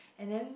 and then